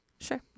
Sure